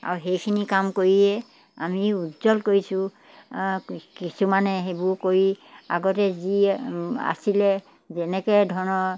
আৰু সেইখিনি কাম কৰিয়ে আমি উজ্জ্বল কৰিছোঁ কিছুমানে সেইবোৰ কৰি আগতে যি আছিলে যেনেকুৱা ধৰণৰ